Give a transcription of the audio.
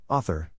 Author